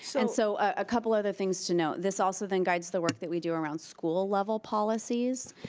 and so, a couple other things to note, this also then guides the work that we do around school level policies,